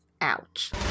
Ouch